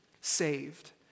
saved